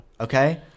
Okay